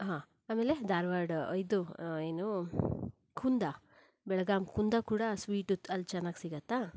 ಹಾಂ ಆಮೇಲೆ ಧಾರವಾಡ ಇದು ಏನು ಕುಂದಾ ಬೆಳಗಾಂ ಕುಂದಾ ಕೂಡ ಸ್ವೀಟ್ ಅಲ್ವಾ ಚೆನ್ನಾಗಿ ಸಿಗತ್ತಾ